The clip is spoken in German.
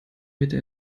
mitte